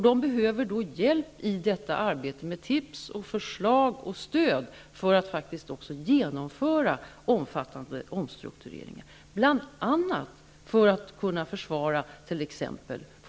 De behöver hjälp i detta arbete med tips, förslag och stöd för att faktiskt genomföra omfattande omstruktureringar, bl.a. för att kunna försvara t.ex.